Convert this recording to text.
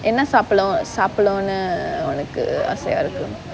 என்ன சாப்பலா சாப்பலானு ஒனக்கு ஆசையா இருக்கு:enna saappalaa saappalaanu aasaya irukku